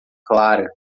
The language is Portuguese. clara